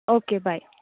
okay bye